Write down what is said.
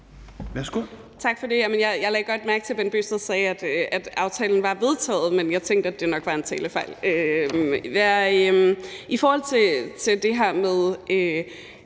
Carøe (SF): Jeg lagde godt mærke til, at Bent Bøgsted sagde, at aftalen var vedtaget, men jeg tænkte, at det nok var en talefejl. I forhold til det her med